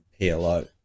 PLO